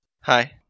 Hi